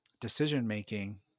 decision-making